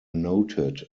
noted